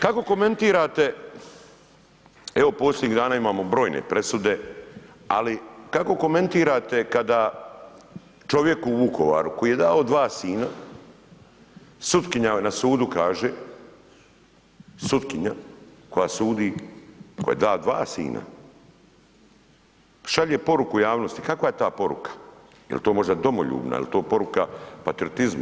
Kako komentirate evo posljednjih dana imamo brojne presude, ali kako komentirate kada čovjek u Vukovaru koji je dao dva sina, sutkinja na sudu kaže, sutkinja koja sudi, koji je da dva sina, šalje poruku javnosti, kakva je ta poruka, jel to možda domoljubna, jel to poruka patriotizma?